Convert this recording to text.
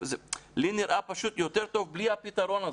לי נראה יותר טוב בלי הפתרון הזה.